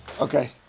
Okay